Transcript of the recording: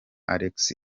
alex